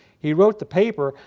he wrote the paper,